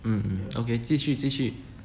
mm okay okay 继续继续